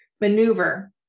maneuver